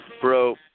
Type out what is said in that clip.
bro